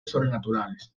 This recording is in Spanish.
sobrenaturales